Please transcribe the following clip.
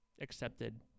accepted